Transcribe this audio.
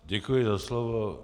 Děkuji za slovo.